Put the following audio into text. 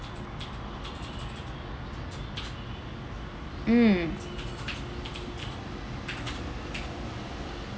mm